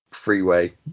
freeway